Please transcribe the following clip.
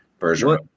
bergeron